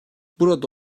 burada